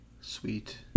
Sweet